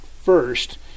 first